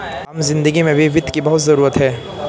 आम जिन्दगी में भी वित्त की बहुत जरूरत है